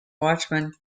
watchman